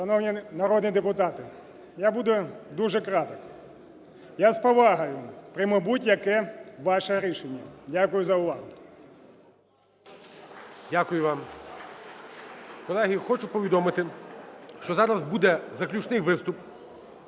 Шановні народні депутати, я буду дуже краток. Я з повагою прийму будь-яке ваше рішення. Дякую за увагу.